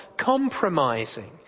compromising